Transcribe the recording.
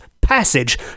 passage